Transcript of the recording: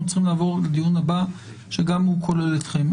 אנחנו צריכים לעבור לדיון הבא שגם הוא כולל אתכם.